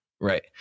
Right